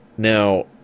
Now